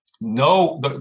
no